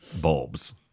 bulbs